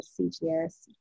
CGS